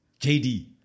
JD